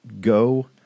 Go